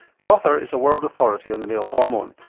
the author is a world authority on the male hormone,